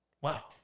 Wow